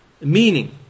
meaning